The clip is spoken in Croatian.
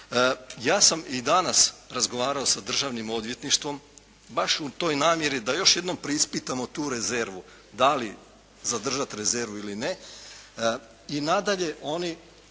Ja sam i danas razgovarao sa Državnim odvjetništvom baš u toj namjeri da još jednom preispitamo tu rezervu da li zadržati rezervu ili ne. I nadalje oni